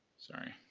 sorry.